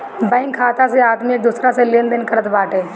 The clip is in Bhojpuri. बैंक खाता से आदमी एक दूसरा से लेनदेन करत बाटे